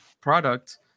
product